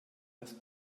das